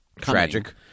tragic